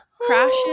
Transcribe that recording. crashes